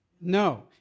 No